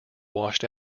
washed